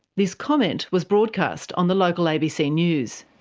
this comment was broadcast on the local abc news.